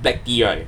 black tea right